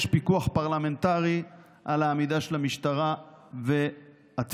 יש פיקוח פרלמנטרי על העמידה של המשטרה והתביעה